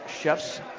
Chefs